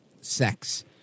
sex